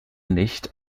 nicht